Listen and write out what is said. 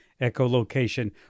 echolocation